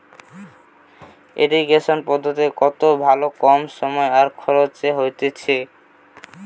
irrigation পদ্ধতি কত ভালো কম সময় আর খরচে হতিছে